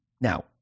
Now